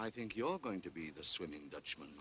i think you're going to be the swimming dutchman